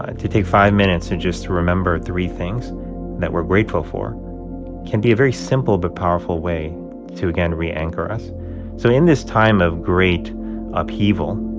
ah to take five minutes to just remember three things that we're grateful for. it can be a very simple but powerful way to again reanchor us so in this time of great upheaval,